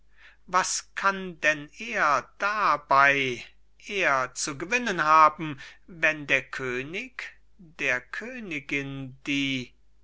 was kann denn er dabei er zu gewinnen haben wenn der könig der königin die